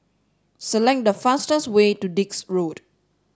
select the fastest way to Dix Road